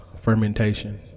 fermentation